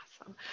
Awesome